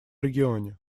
регионе